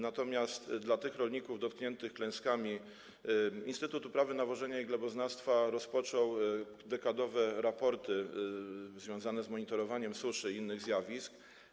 Natomiast ze względu na tych rolników dotkniętych klęskami Instytut Uprawy Nawożenia i Gleboznawstwa rozpoczął dekadowe raporty związane z monitorowaniem suszy i innych zjawisk.